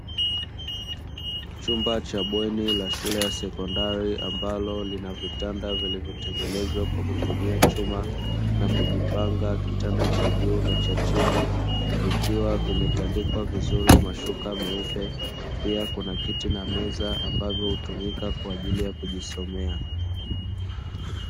Chumba cha bweni la shule ya sekondari, ambalo lina vitanda vilivyotengenezwa kwa kutumia chuma na kujipanga kitanda cha juu na cha chini, vikiwa vimetandikwa vizuri mashuka meupe, pia kuna kiti na meza ambavyo hutumika kwa ajili ya kujisomea.